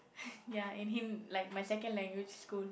ya and Hin~ like my second language school